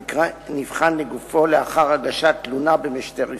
המקרה נבחן לגופו לאחר הגשת תלונה במשטרת ישראל.